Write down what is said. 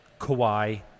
Kawhi